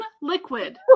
liquid